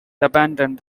abandoned